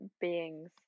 beings